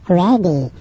ready